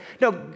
No